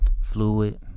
Fluid